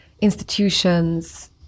institutions